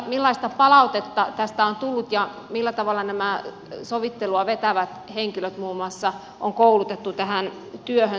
millaista palautetta tästä on tullut ja millä tavalla nämä sovittelua vetävät henkilöt muun muassa on koulutettu tähän työhönsä